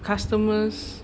customers